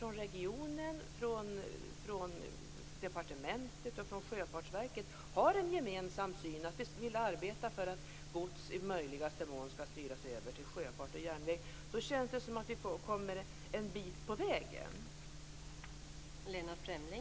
Om regionen, departementet och Sjöfartsverket har en gemensam syn och vill arbeta för att gods i möjligaste mån skall styras över till sjöfart och järnväg känns det som om vi kommer en bit på vägen.